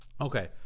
Okay